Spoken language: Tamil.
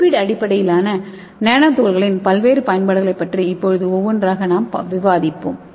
லிப்பிட் அடிப்படையிலான நானோ துகள்களின் பல்வேறு பயன்பாடுகளைப் பற்றி இப்போது ஒவ்வொன்றாக விவாதிப்போம்